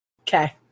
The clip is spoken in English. Okay